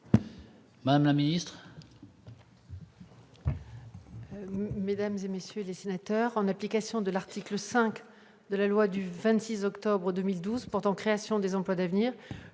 madame la ministre